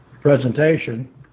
presentation